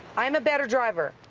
i'm a better driver.